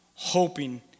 hoping